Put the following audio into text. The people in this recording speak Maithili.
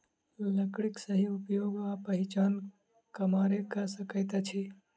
लकड़ीक सही उपयोग आ पहिचान कमारे क सकैत अछि